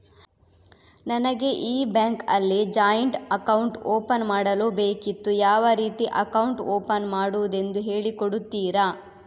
ನನಗೆ ಈ ಬ್ಯಾಂಕ್ ಅಲ್ಲಿ ಜಾಯಿಂಟ್ ಅಕೌಂಟ್ ಓಪನ್ ಮಾಡಲು ಬೇಕಿತ್ತು, ಯಾವ ರೀತಿ ಅಕೌಂಟ್ ಓಪನ್ ಮಾಡುದೆಂದು ಹೇಳಿ ಕೊಡುತ್ತೀರಾ?